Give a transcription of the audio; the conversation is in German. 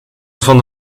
von